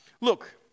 Look